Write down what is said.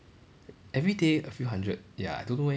everyday a few hundred ya I don't know eh